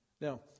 Now